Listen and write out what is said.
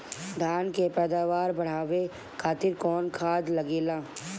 धान के पैदावार बढ़ावे खातिर कौन खाद लागेला?